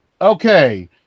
Okay